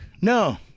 No